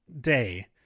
day